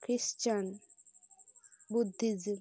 christian buddhism